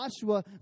Joshua